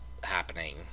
happening